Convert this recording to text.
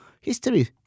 history